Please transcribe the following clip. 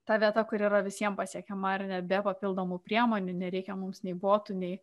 ta vieta kur yra visiems pasiekiama ar ne be papildomų priemonių nereikia mums nei botų nei